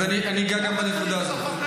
אתה לא צריך את החוק הזה.